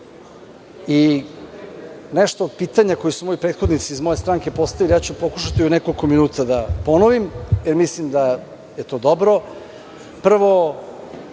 dešava i pitanja koja su prethodnici iz moje stranke postavljali, ja ću pokušati u nekoliko minuta da ponovim, jer mislim da je to dobro. Prvo,